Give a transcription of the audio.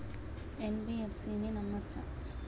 NBFC ని నమ్మచ్చా?